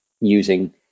using